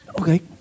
Okay